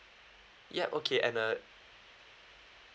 yup okay and uh